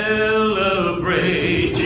Celebrate